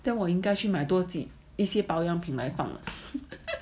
then 我应该去买多几一些保养品来放